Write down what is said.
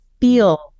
feel